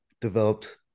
developed